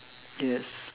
yes